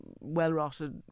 well-rotted